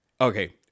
okay